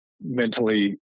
Mentally